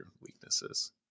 weaknesses